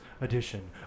edition